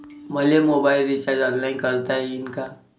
मले mobile recharge online करता येईन का?